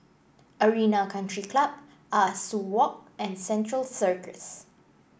Arena Country Club Ah Soo Walk and Central Circus